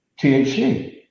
THC